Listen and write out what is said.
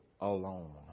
alone